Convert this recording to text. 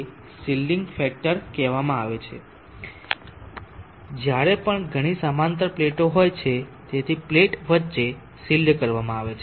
Ø ને shielding factor કહેવામાં આવે છે તે છે જ્યારે પણ ઘણી સમાંતર પ્લેટો હોય છે તેથી પ્લેટ વચ્ચે શિલ્ડ કરવામાં આવે છે